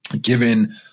given